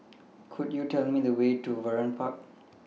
Could YOU Tell Me The Way to Vernon Park